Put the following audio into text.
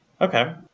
Okay